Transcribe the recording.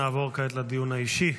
נעובר כעת לדיון האישי.